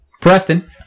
Preston